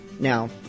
Now